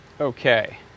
Okay